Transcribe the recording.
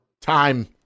Time